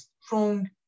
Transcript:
strong